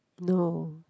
no